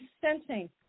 sensing